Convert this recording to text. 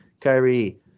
Kyrie